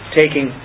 taking